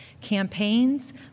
campaigns